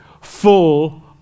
full